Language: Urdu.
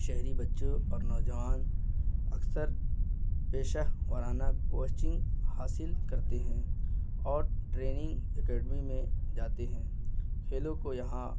شہری بچوں اور نوجوان اکثر پیشہ ورانہ کوچنگ حاصل کرتے ہیں اور ٹریننگ اکیڈمی میں جاتے ہیں کھیلوں کو یہاں